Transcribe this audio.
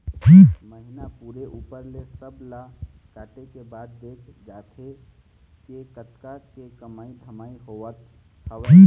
महिना पूरे ऊपर ले सब ला काटे के बाद देखे जाथे के कतका के कमई धमई होवत हवय